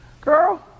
Girl